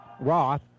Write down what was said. Roth